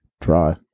try